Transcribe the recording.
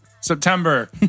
September